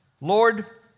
Lord